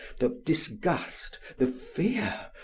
the disgust, the fear,